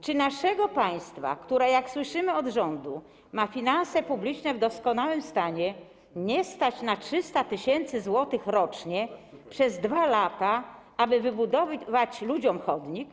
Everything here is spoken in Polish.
Czy naszego państwa, które, jak słyszymy od rządu, ma finanse publiczne w doskonałym stanie, nie stać na 300 tys. zł rocznie przez 2 lata, aby wybudować ludziom chodnik,